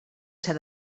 ser